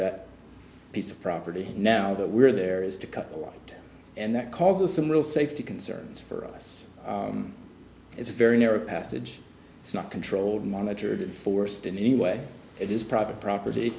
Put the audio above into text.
that piece of property now that we're there is to couple and that causes some real safety concerns for us it's a very narrow passage it's not controlled monitored forced in any way it is private property